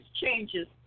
changes